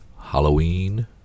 Halloween